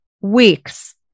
weeks